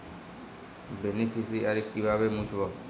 Beneficiary কিভাবে মুছব?